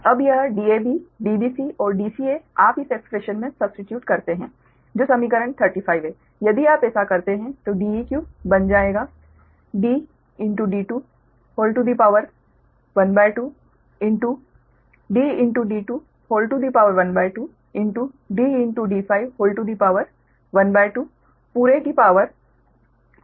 अब यह Dab Dbc और Dca आप इस एक्स्प्रेशन में सब्स्टिट्यूट करते है जो समीकरण 35 है यदि आप ऐसा करते हैं तो Deq बन जाएगा 121212 पुरे की शक्ति एक तिहाई